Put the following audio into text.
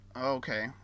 Okay